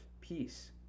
peace